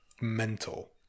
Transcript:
mental